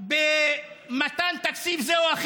חברת הכנסת ציפי לבני.